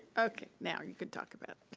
okay, now you can talk about it.